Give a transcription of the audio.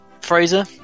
Fraser